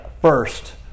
first